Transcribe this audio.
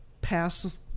pass